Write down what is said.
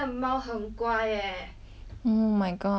oh my god that's so good but I think